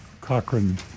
Cochrane